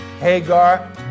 Hagar